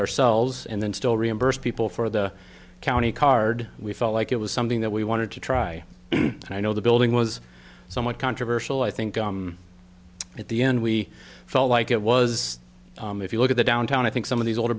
ourselves and then still reimburse people for the county card we felt like it was something that we wanted to try and i know the building was somewhat controversial i think at the end we felt like it was if you look at the downtown i think some of these older